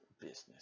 business